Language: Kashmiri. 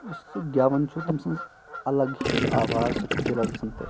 یُس سُہ گٮ۪ون چھُ تٔمۍ سٕنز اَلگ چھِ آواز سۄ چھےٚ دِلس گژھان تٔرِتھ